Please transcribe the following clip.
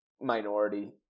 minority